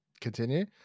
continue